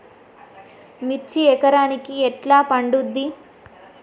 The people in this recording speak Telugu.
మిర్చి ఎకరానికి ఎట్లా పండుద్ధి?